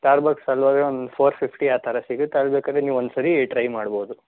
ಸ್ಟಾರ್ಬಕ್ಸಲ್ಲಿ ಹೋದರೆ ಒಂದು four fifty ಆ ಥರ ಸಿಗುತ್ತೆ ಅಲ್ಲಿ ಬೇಕಾದರೆ ಒಂದು ಸಾರಿ ನೀವು ಟ್ರೈ ಮಾಡ್ಬೋದು